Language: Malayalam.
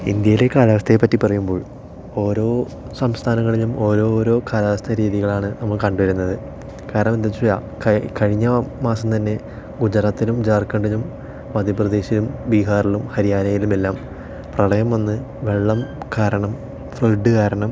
ഇന്ത്യയിലെ കാലാവസ്ഥയെ പറ്റി പറയുമ്പോൾ ഓരോ സംസ്ഥാനങ്ങളിലും ഓരോ ഓരോ കാലാവസ്ഥ രീതികളാണ് നമ്മൾ കണ്ടു വരുന്നത് കാരണം എന്തെന്ന് വെച്ചാൽ കഴി കഴിഞ്ഞ മാസം തന്നെ ഗുജറാത്തിലും ജാർഖണ്ഡിലും മധ്യപ്രദേശിലും ബീഹാറിലും ഹരിയാനയിലും എല്ലാം പ്രളയം വന്ന് വെള്ളം കാരണം ഫ്ലെഡ് കാരണം